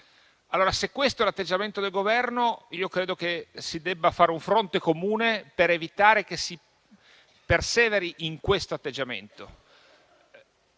esiste. Se questo è l'atteggiamento del Governo, io credo che si debba fare un fronte comune per evitare che si perseveri in questo atteggiamento.